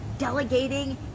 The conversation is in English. Delegating